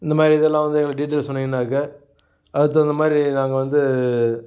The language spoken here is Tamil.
இந்த மாதிரி இதெல்லாம் வந்து எங்களுக்கு டீடெயில்ஸ் சொன்னீங்கன்னாக்க அதுக்கு தகுந்த மாதிரி நாங்கள் வந்து